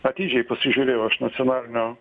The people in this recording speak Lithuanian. atidžiai pasižiūrėjau aš nacionalinio